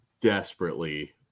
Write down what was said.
desperately